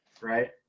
right